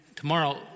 Tomorrow